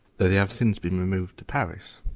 though they have since been removed to paris.